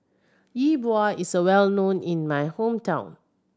Yi Bua is well known in my hometown